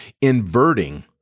inverting